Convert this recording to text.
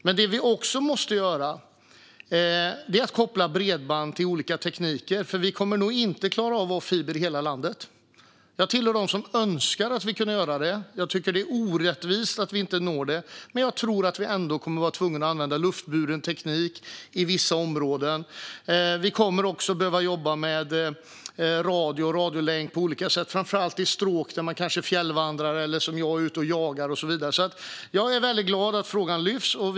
Men det vi också måste göra är att koppla bredband till olika tekniker, för vi kommer nog inte att klara av att ha fiber i hela landet. Jag hör till dem som önskar att vi kunde ha det. Jag tycker att det är orättvist att vi inte når det. Men jag tror att vi ändå kommer att vara tvungna att använda luftburen teknik i vissa områden. Vi kommer också att behöva jobba med radio och radiolänk på olika sätt, framför allt i stråk där man kanske fjällvandrar eller som jag är ute och jagar och så vidare. Jag är väldigt glad att frågan lyfts fram.